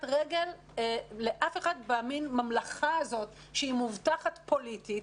לאף אחד בממלכה הזאת, שהיא מובטחת פוליטית.